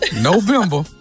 November